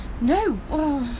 No